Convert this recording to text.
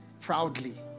proudly